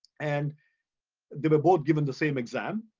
and they were both given the same exam,